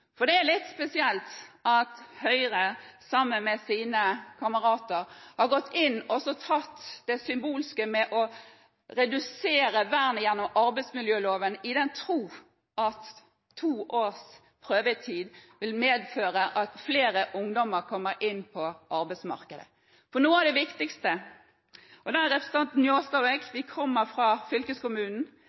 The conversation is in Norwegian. Det er litt spesielt at Høyre sammen med sine kamerater har gått inn og tatt et symbolsk skritt med hensyn til å redusere vernet i arbeidsmiljøloven, i den tro at to års prøvetid vil medføre at flere ungdommer kommer inn på arbeidsmarkedet. Representanten Njåstad og jeg kommer fra fylkeskommunen, og